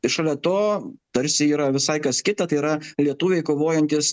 ir šalia to tarsi yra visai kas kita tai yra lietuviai kovojantys